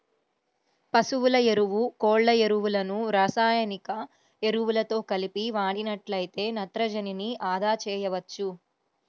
పశువుల ఎరువు, కోళ్ళ ఎరువులను రసాయనిక ఎరువులతో కలిపి వాడినట్లయితే నత్రజనిని అదా చేయవచ్చు